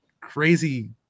crazy